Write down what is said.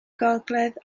gogledd